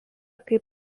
kaip